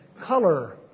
color